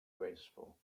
graceful